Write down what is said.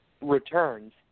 returns